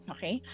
Okay